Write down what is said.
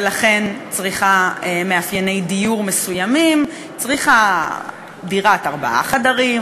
ולכן צריכים מאפייני דיור מסוימים: דירת ארבעה חדרים,